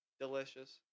delicious